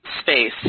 space